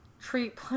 Treat